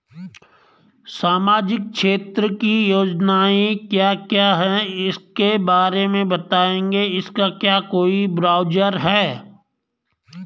सामाजिक क्षेत्र की योजनाएँ क्या क्या हैं उसके बारे में बताएँगे इसका क्या कोई ब्राउज़र है?